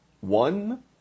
one